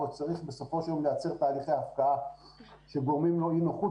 עוד צריך בסופו של יום לייצר תהליכי הפקעה שגורמים לו אי נוחות,